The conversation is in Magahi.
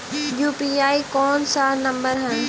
यु.पी.आई कोन सा नम्बर हैं?